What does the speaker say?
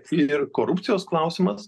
ir korupcijos klausimas